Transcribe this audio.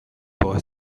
boy